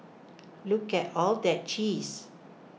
look at all that cheese